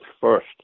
FIRST